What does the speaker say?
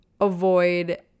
avoid